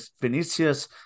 Vinicius